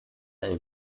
ein